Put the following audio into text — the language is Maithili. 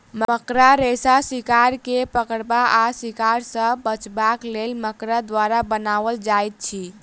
मकड़ा रेशा शिकार के पकड़बा वा शिकार सॅ बचबाक लेल मकड़ा द्वारा बनाओल जाइत अछि